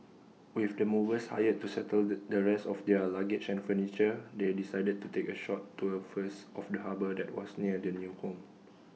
with the movers hired to settle the rest of their luggage and furniture they decided to take A short tour first of the harbour that was near their new home